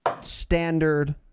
standard